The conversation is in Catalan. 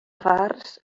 farts